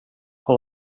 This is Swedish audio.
har